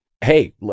Hey